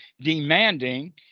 demanding